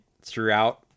throughout